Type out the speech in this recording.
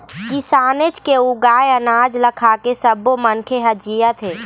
किसानेच के उगाए अनाज ल खाके सब्बो मनखे ह जियत हे